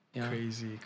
Crazy